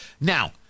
Now